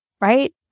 right